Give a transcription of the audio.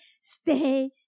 Stay